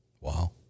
Wow